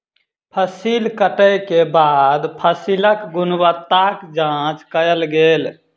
फसिल कटै के बाद फसिलक गुणवत्ताक जांच कयल गेल